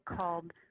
called